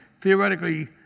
theoretically